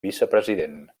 vicepresident